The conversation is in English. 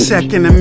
Second